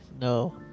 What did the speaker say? No